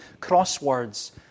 crosswords